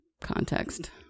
context